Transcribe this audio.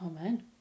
Amen